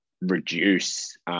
reduce